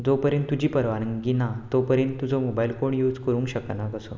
जो परेन तुजी परवानगी ना तो परेन तुजो मोबायल कोण यूज करूंक शकना असो